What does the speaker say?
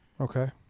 okay